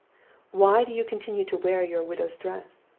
why do you continue to wear your widow's dress?